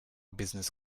business